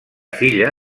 filla